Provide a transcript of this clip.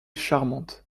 charmante